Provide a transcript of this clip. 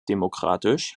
demokratisch